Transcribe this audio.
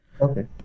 Okay